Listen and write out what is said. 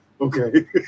Okay